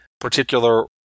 particular